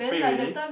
pay already